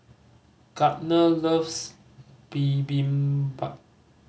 Gardner loves Bibimbap